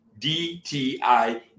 DTI